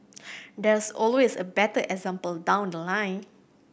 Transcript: there's always a better example down the line